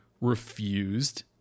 refused